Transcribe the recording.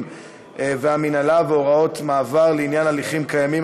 והמינהלה והוראות מעבר לעניין הליכים קיימים),